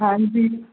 हां जी